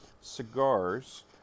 cigars